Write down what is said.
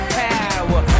power